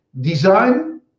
design